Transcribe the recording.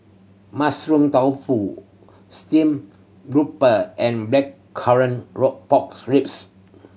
Mushroom Tofu steam grouper and blackcurrant rock pork ribs